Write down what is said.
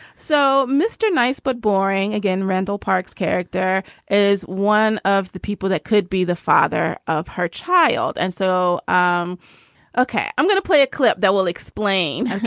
so mr. nice, but boring again, randall park's character is one of the people that could be the father of her child. and so, um ok, i'm going to play a clip that will explain.